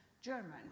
German